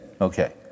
Okay